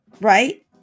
right